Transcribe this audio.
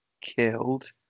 killed